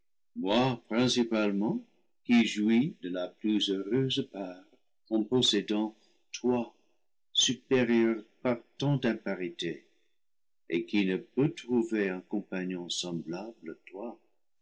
principalement qui jouis de la plus heureuse part en possédant toi supérieur par tant d'imparités et qui ne peux trouver un compagnon semblable à toi